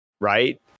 right